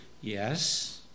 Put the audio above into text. yes